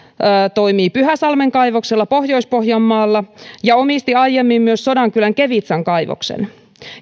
toimii pyhäsalmen kaivoksella pohjois pohjanmaalla ja omisti aiemmin myös sodankylän kevitsan kaivoksen